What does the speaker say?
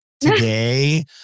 today